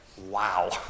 wow